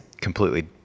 completely